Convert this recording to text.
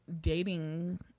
dating